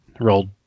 rolled